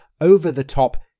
over-the-top